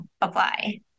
apply